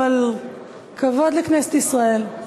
אבל כבוד לכנסת ישראל.